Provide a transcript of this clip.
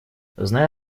зная